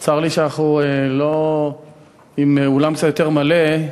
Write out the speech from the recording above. צר לי שאנחנו לא עם אולם קצת יותר מלא.